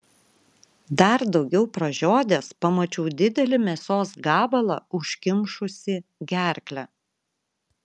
dar daugiau pražiodęs pamačiau didelį mėsos gabalą užkimšusį gerklę